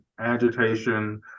agitation